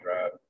right